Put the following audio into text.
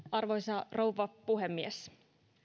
arvoisa rouva puhemies